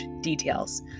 details